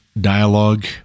dialogue